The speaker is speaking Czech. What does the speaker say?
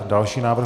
Další návrh.